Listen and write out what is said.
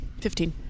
Fifteen